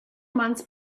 months